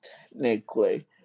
technically